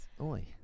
Oi